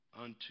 unto